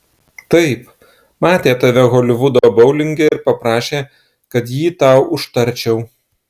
taip matė tave holivudo boulinge ir paprašė kad jį tau užtarčiau